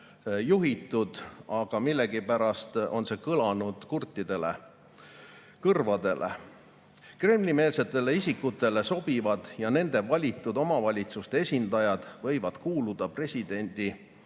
juhitud, aga millegipärast on see kõlanud kurtidele kõrvadele. Kremli‑meelsetele isikutele sobivad ja nende valitud omavalitsuste esindajad võivad kuuluda